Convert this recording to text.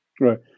Right